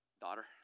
Daughter